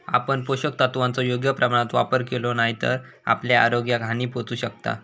आपण पोषक तत्वांचो योग्य प्रमाणात वापर केलो नाय तर आपल्या आरोग्याक हानी पोहचू शकता